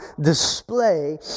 display